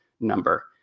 number